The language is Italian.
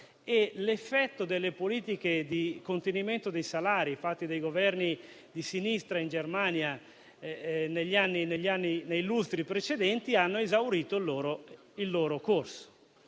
l'effetto delle politiche di contenimento dei salari fatte dai Governi di sinistra nei lustri precedenti hanno esaurito il proprio corso.